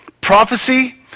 Prophecy